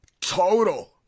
total